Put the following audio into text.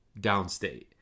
downstate